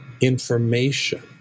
information